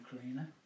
cleaner